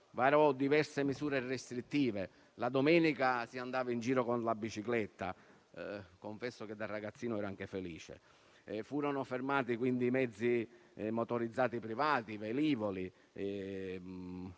varò diverse misure restrittive. La domenica si andava in giro con la bicicletta e confesso che da ragazzino ne ero anche felice. Fu vietata la circolazione dei mezzi motorizzati privati e i velivoli,